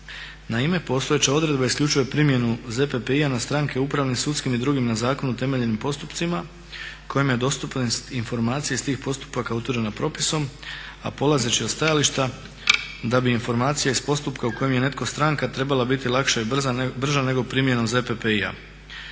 Naime, postojeće odredba isključuje primjenu ZPPI-a na stranke, upravnim i sudskim i drugim na zakonu utemeljenim postupcima kojim je dostupnost informacije iz tih postupaka utvrđena propisom, a polazeći od stajališta da bi informacija iz postupka u kojem je netko stranka trebala biti lakša i brža nego primjenom ZPPI-a.